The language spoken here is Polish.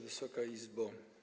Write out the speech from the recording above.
Wysoka Izbo!